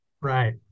Right